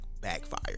backfire